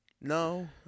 No